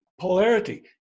polarity